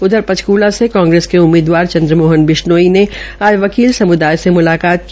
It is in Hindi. उधर पंचकूला से कांग्रेस के उम्मीदवार चंद्र मोहन बिशनोई ने आज वकील समुदाय से मुलाकात की